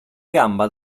gamba